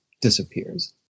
disappears